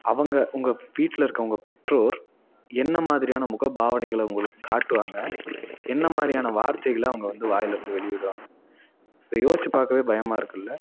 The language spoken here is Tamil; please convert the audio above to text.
அவங்க உங்கள் வீட்டில் இருக்கற உங்கள் பெற்றோர் என்ன மாதிரியான முகபாவனைகளை உங்களுக்கு காட்டுவாங்க என்ன மாதிரியான வார்த்தைகளை அவங்க வந்து வாயிலேருந்து வெளி விடுவாங்க இதை யோசித்து பார்க்கவே பயமாருக்குல்லை